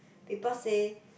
people say